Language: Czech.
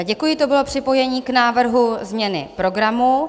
Děkuji, to bylo připojení k návrhu změny program.